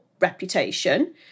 reputation